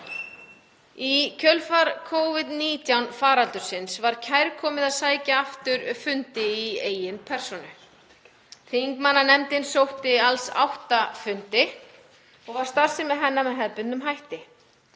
Í kjölfar Covid-19 faraldursins var kærkomið að sækja aftur fundi í eigin persónu. Þingmannanefndin sótti alls átta fundi og var starfsemi hennar með hefðbundnum hætti.